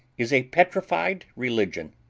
is a petrified religion.